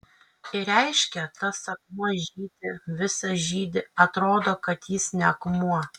ir reiškia tas akmuo žydi visas žydi atrodo kad jis ne akmuo